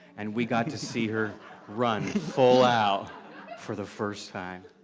and we got to see her run full out for the first time.